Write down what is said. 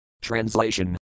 Translation